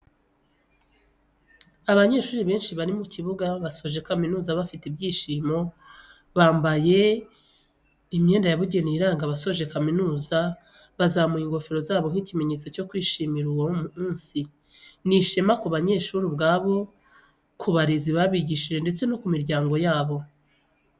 Abanyeshuri benshi bari mu kibuga basoje kaminuza bafite ibyishimo, bambaye imyenda yabugenewe iranga abasoje kaminuza bazamuye ingofero zabo nk'ikimenyetso cyo kwishimira uwo, ni ishema ku banyeshuri ubwabo, ku barezi babigishije ndetse no ku miryango yabo.